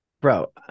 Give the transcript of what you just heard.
Bro